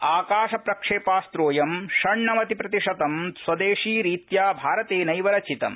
आकाशप्रक्षेपास्रोऽयं षण्णवति प्रतिशतं स्वदेशीरित्या भारतेनैव रचितम्